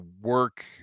work